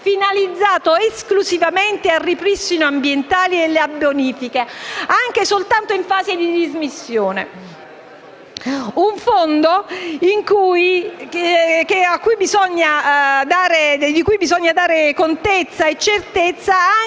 finalizzate esclusivamente al ripristino ambientale e alla bonifica, anche soltanto in fase di dismissione. Mi riferisco ad un fondo di cui bisogna dare contezza e certezza anche